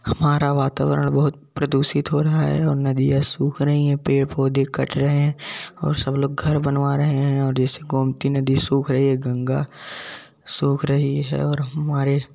हमारा वातावरण बहुत प्रदूषित हो रहा है और नदियाँ सूख रही हो पेड़ पौधे कट रहे हैं और सब लोग घर बनवा रहे हैं और जैसे गोमती नदी सूख रही गंगा सूख रही है और हमारे